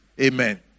Amen